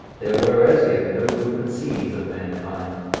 there were as yet no open seas of mankind.